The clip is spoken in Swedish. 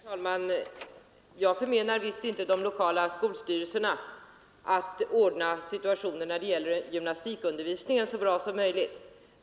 Herr talman! Jag förmenar visst inte de lokala skolstyrelserna att ordna gymnastikundervisningen så bra som möjligt.